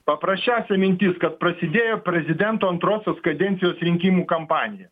paprasčiausia mintis kad prasidėjo prezidento antrosios kadencijos rinkimų kampanija